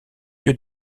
lieu